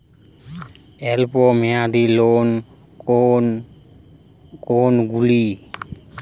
অল্প মেয়াদি লোন কোন কোনগুলি?